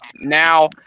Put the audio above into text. now